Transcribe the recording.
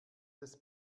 des